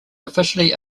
officially